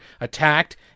attacked